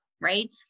right